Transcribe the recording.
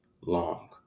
long